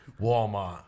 Walmart